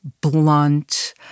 blunt